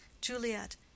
Juliet